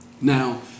Now